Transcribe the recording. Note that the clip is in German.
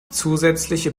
zusätzliche